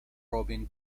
robin